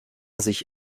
sich